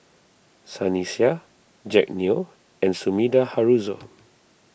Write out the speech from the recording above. Sunny Sia Jack Neo and Sumida Haruzo